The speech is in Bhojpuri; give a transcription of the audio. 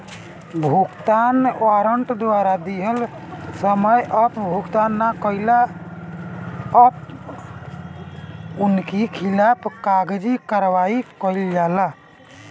भुगतान वारंट द्वारा दिहल समय पअ भुगतान ना कइला पअ उनकी खिलाफ़ कागजी कार्यवाही कईल जाला